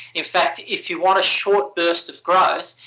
in fact, if you want a short burst of growth,